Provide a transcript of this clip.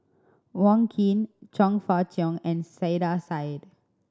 Wong Keen Chong Fah Cheong and Saiedah Said